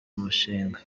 umushinga